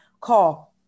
call